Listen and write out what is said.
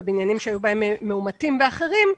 בבניינים שהיו בהם מאומתים ואחרים,